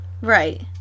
right